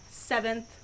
seventh